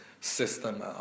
system